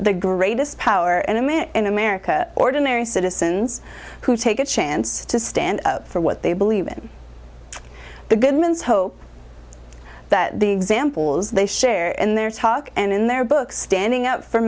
the greatest power and image in america ordinary citizens who take a chance to stand up for what they believe in the goodmans hope that the examples they share in their talk and in their book standing up for